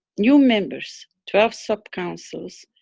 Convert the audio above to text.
new members, twelve sub councils,